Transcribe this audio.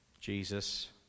Jesus